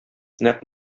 нәкъ